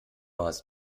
hast